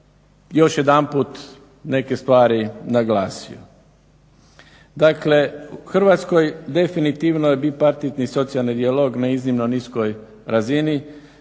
još jedanput neke stvari naglasio. Dakle u Hrvatskoj definitivno je bipartitni socijalni dijalog na iznimno niskoj razni,